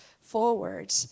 forward